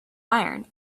iron